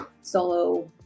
solo